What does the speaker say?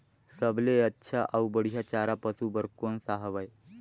सबले अच्छा अउ बढ़िया चारा पशु बर कोन सा हवय?